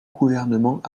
gouvernement